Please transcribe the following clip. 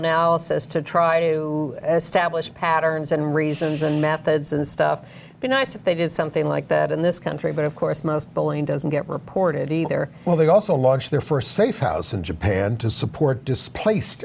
analysis to try to establish patterns and reasons and methods and stuff be nice if they did something like that in this country but of course most billing doesn't get reported either well they also launched their first safe house in japan to support displaced